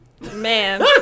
Man